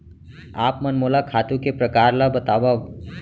आप मन मोला खातू के प्रकार ल बतावव?